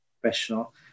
professional